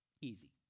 Easy